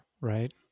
right